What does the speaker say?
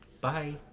Bye